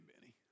Benny